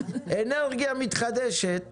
אנרגיה מתחדשת